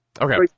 Okay